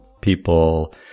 people